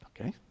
Okay